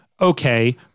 okay